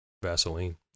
Vaseline